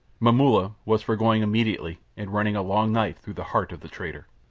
momulla was for going immediately and running a long knife through the heart of the traitor.